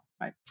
right